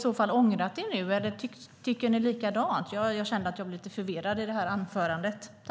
Har ni ångrat er? Tycker ni likadant? Jag blev lite förvirrad av anförandet.